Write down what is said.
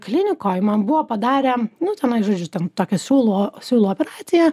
klinikoj man buvo padarę nu tenai žodžiu ten tokią siūlo siūlo operaciją